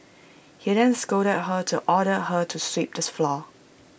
he then scolded her and ordered her to sweep the floor